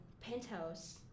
Penthouse